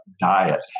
diet